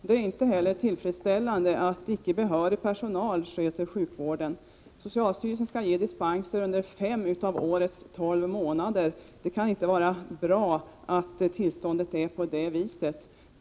Det är inte heller tillfredsställande att icke behörig personal sköter sjukvården. Socialstyrelsen skall ge dispenser under fem av årets tolv månader. Det kan inte vara bra att tillståndet är sådant.